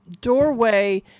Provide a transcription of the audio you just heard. doorway